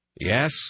yes